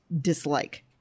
dislike